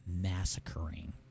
massacring